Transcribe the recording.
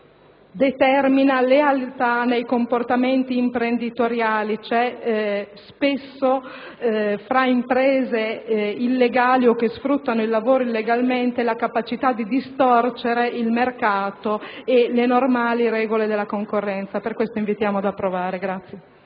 determina lealtà nei comportamenti imprenditoriali, dal momento che spesso le imprese illegali o che sfruttano il lavoro illegalmente hanno la capacità di distorcere il mercato e le normali regole della concorrenza. Per tutte queste ragioni invitiamo ad approvare